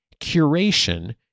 curation